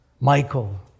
Michael